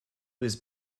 was